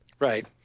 Right